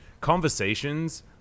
conversations